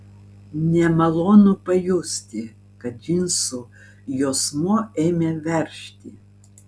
nemalonu pajusti kad džinsų juosmuo ėmė veržti